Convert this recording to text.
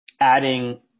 adding